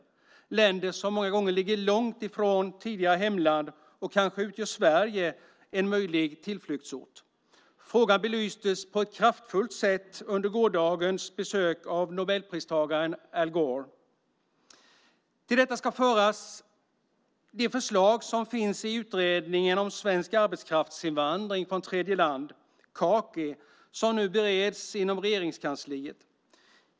Det är länder som många gånger ligger långt ifrån tidigare hemland, och kanske utgör Sverige en möjlig tillflyktsort. Frågan belystes på ett kraftfullt sätt under gårdagens besök av Nobelpristagaren Al Gore. Till detta ska föras de förslag som finns i utredningen från Kaki om svensk arbetskraftsinvandring från tredje land som nu bereds inom Regeringskansliet.